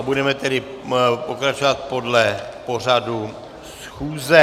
Budeme tedy pokračovat podle pořadu schůze.